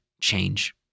change